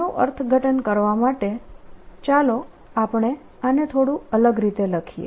આનું અર્થઘટન કરવા માટે ચાલો આપણે આને થોડું અલગ રીતે લખીએ